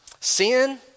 Sin